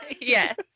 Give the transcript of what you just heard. Yes